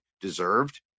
deserved